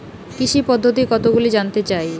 কৃষি পদ্ধতি কতগুলি জানতে চাই?